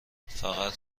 فقط